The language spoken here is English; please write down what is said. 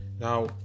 Now